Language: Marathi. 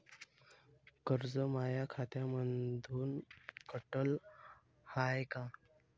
कर्ज माया खात्यामंधून कटलं हाय का?